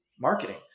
marketing